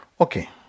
Okay